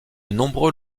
nombreux